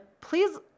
please